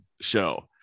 show